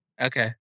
Okay